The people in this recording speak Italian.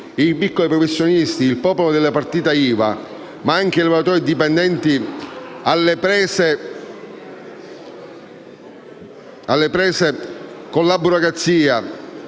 i piccoli professionisti, il popolo delle partite IVA, ma anche i lavoratori dipendenti alle prese con la burocrazia,